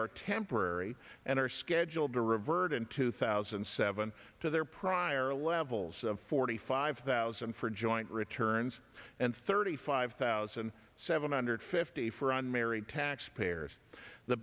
are temporary and are scheduled to revert in two thousand and seven to their prior levels of forty five thousand for joint returns and thirty five thousand seven hundred fifty for unmarried taxpayers the